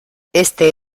este